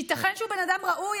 ייתכן שהוא אדם ראוי,